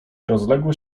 rozległo